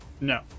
No